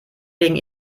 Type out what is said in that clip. wegen